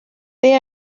they